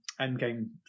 endgame